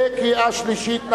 בקריאה שלישית.